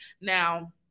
Now